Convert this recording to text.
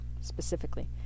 specifically